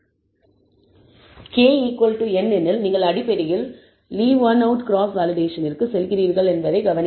K n எனில் நீங்கள் அடிப்படையில் லீப் ஒன் அவுட் கிராஸ் வேலிடேஷனிற்கு செல்கிறீர்கள் என்பதைக் கவனியுங்கள்